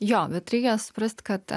jo bet reikia suprast kad